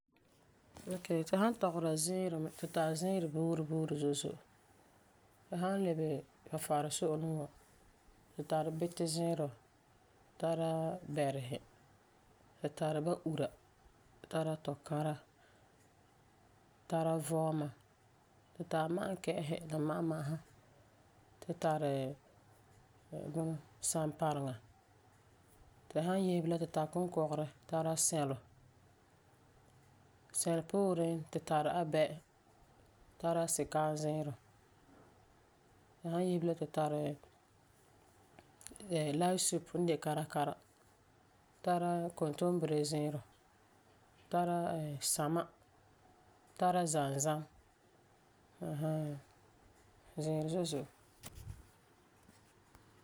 Okay, tu san tɔgera ziirɔ me tu tari Ziirɔ buuri buuri zo'e zo'e. Tu san lebe Farefari so'olum wa, tu tari bitɔ ziirɔ, tara bɛresi. Tu tari ba-ura, tara tokãra. Tara vɔɔma. Tu tari ma'akɛ'ɛsi la ma'ama'asa. Tu tari sampareŋa. Tu san yese bilam tu kunkɔgerɛ tara sɛlɔ. Sɛlɔ pooren tu tari abɛ, tara sikaam ziirɔ. Tu san yese bilam tu tari lightsoup n de karakra. Tara kontombire ziirɔ. Tara sama. Tara zamzam ɛɛn hɛɛn. Ziirɔ zo'e zo'e.